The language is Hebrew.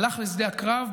הלך לשדה הקרב,